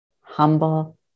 humble